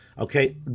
Okay